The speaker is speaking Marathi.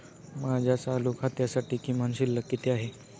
माझ्या चालू खात्यासाठी किमान शिल्लक किती आहे?